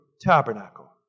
tabernacle